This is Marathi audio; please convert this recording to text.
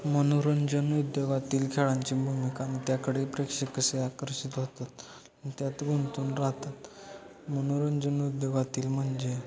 मनोरंजन उद्योगातील खेळांची भूमिका अन् त्याकडे प्रेक्षक कसे आकर्षित होतात त्यात गुंतून राहतात मनोरंजन उद्योगातील म्हणजे